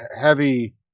heavy